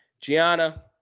Gianna